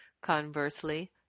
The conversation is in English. Conversely